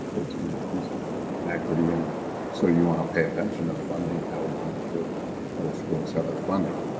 it's going to increase and inequity. and so you want to pay attention of funding, how we can make sure other schools have their funding.